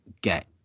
get